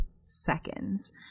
seconds